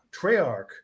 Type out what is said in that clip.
Treyarch